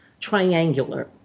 triangular